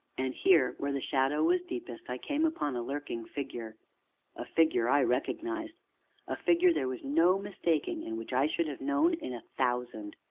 and here, where the shadow was deepest, i came upon a lurking figure a figure i recognized a figure there was no mistaking, and which i should have known in a thousand.